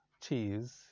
cheese